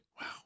Wow